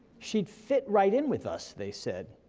she'd fit right in with us, they said.